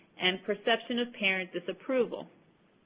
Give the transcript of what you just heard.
and perception of parent disapproval.